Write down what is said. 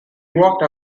walked